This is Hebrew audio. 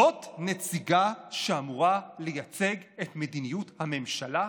זאת נציגה שאמורה לייצג את מדיניות הממשלה,